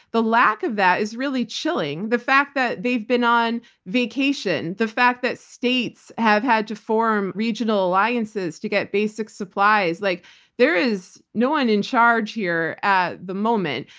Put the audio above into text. the lack of that is really chilling. the fact that they've been on vacation, the fact that states have had to form regional alliances to get basic supplies, like there is no one in charge here at the moment.